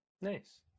Nice